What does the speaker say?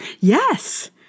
Yes